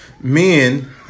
men